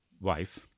wife